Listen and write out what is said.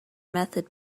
method